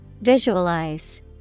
Visualize